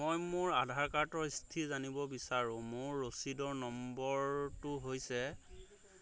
মই মোৰ আধাৰ কাৰ্ডৰ স্থিতি জানিব বিচাৰোঁ মোৰ ৰচিদৰ নম্বৰটো হৈছে